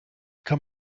kann